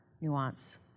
nuance